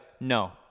No